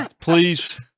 Please